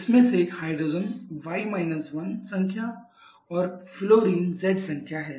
इसमें से hydrogen y 1 संख्या hydrogen is y − 1 number और फ्लोरीन z संख्या है